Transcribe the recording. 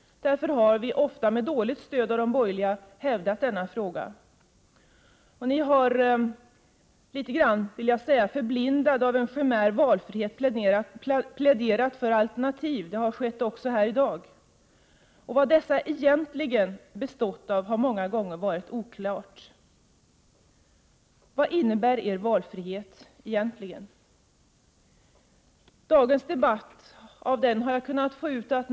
Därför har vi, ofta med dåligt stöd från de borgerliga, hävdat denna fråga. Ni har litet grand förblindade av valfrihetens chimär pläderat för alternativ, och det har också skett här i dag. Vad dessa alternativ egentligen bestått av har ofta varit oklart. Vad innebär er valfrihet egentligen? Av dagens debatt kan jag konstatera följande.